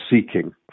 seeking